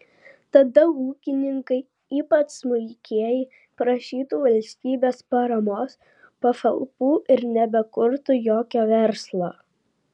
tada ūkininkai ypač smulkieji prašytų valstybės paramos pašalpų ir nebekurtų jokio verslo